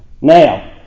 Now